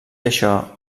això